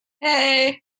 Hey